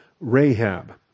Rahab